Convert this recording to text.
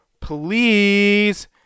please